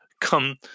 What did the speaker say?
come